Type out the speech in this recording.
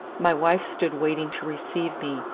my wife stood waiting to receive me,